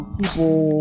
people